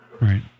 Right